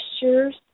gestures